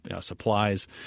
supplies